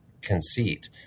conceit